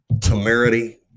temerity